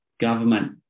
government